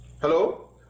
Hello